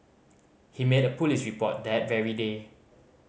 he made a police report that very day